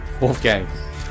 Wolfgang